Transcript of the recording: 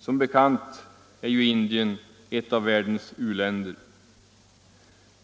Som bekant är Indien ett av världens u-länder.